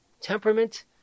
temperament